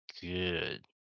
good